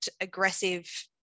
aggressive